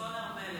סון הר מלך.